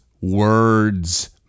Words